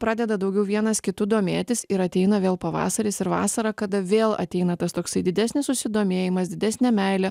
pradeda daugiau vienas kitu domėtis ir ateina vėl pavasaris ir vasara kada vėl ateina tas toksai didesnis susidomėjimas didesnė meilė